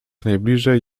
najbliżej